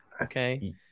Okay